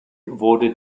wurde